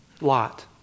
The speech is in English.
Lot